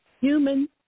human